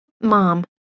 Mom